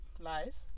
lies